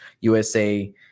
USA